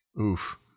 Oof